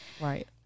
Right